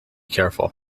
careful